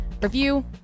review